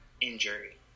injury